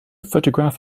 photograph